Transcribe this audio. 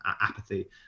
apathy